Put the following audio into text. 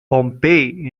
pompey